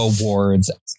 awards